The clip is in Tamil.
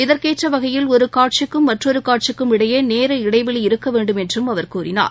இதற்கேற்ற வகையில் ஒரு காட்சிக்கும் மற்றொரு காட்சிக்கும் இடையே நேர இடைவெளி இருக்க வேண்டும் என்றும் அவர் கூறினார்